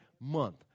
month